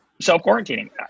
self-quarantining